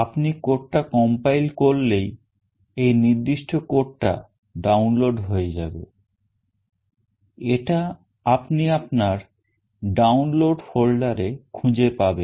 আপনি code টা compile করলেই এই নির্দিষ্ট code টা download হয়ে যাবে এটা আপনি আপনার download folderএ খুঁজে পাবেন